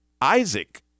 Isaac